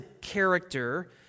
character